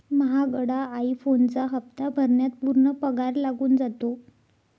महागडा आई फोनचा हप्ता भरण्यात पूर्ण पगार लागून जातो